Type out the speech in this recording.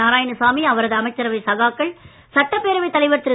நாராயணசாமி அவரது அமைச்சரவை சகாக்கள் சட்டப்பேரவைத் தலைவர் திரு